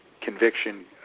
conviction